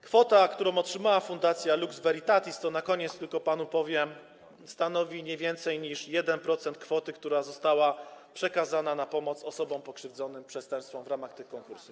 Kwota, jaką otrzymała Fundacja Lux Veritatis, to na koniec panu powiem, stanowi nie więcej niż 1% kwoty, która została przekazana na pomoc osobom pokrzywdzonym przestępstwami w ramach tych konkursów.